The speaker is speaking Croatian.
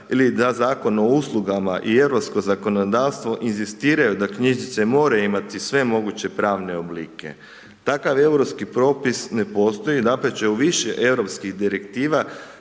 ili da Zakon o uslugama i europsko zakonodavstvo inzistiraju da knjižnice moraju imati sve moguće pravne oblike. Takav europski propis ne postoji, dapače u više europskih direktiva,